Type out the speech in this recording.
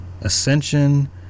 Ascension